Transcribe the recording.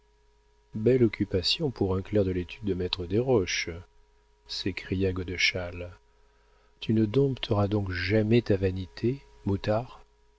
belle occupation pour un clerc de l'étude de maître desroches s'écria godeschal tu ne dompteras donc jamais ta vanité moutard